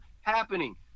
happening